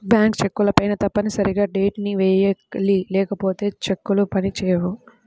bank చెక్కులపైన తప్పనిసరిగా date ని వెయ్యాలి లేకపోతే చెక్కులు పని చేయవు